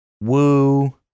Woo